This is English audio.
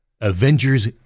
Avengers